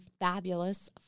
fabulous